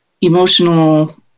emotional